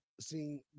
seeing